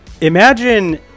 imagine